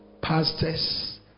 pastors